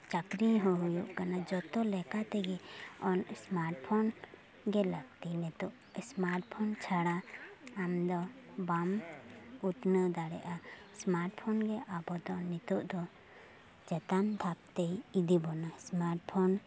ᱪᱟᱠᱨᱤ ᱦᱚᱸ ᱦᱩᱭᱩᱜ ᱠᱟᱱᱟ ᱡᱚᱛᱚ ᱞᱮᱠᱟᱛᱮᱜᱮ ᱚᱱ ᱥᱢᱟᱴ ᱯᱷᱳᱱ ᱜᱮ ᱞᱟᱹᱠᱛᱤ ᱱᱤᱛᱳᱜ ᱥᱢᱟᱴ ᱯᱷᱳᱱ ᱪᱷᱟᱲᱟ ᱟᱢ ᱫᱚ ᱵᱟᱢ ᱩᱛᱱᱟᱹᱣ ᱫᱟᱲᱮᱜᱼᱟ ᱥᱢᱟᱴ ᱯᱷᱳᱱᱜᱮ ᱟᱵᱚ ᱫᱚ ᱱᱤᱛᱳᱜ ᱫᱚ ᱪᱮᱛᱟᱱ ᱫᱷᱟᱯ ᱛᱮᱭ ᱤᱫᱤ ᱵᱚᱱᱟ ᱥᱢᱟᱴ ᱯᱷᱳᱱ